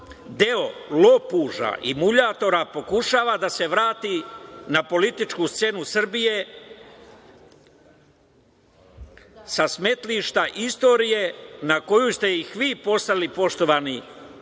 deo lopuža i muljatora pokušava da se vrati na političku scenu Srbije sa smetlišta istorije na koju ste ih vi poslali poštovani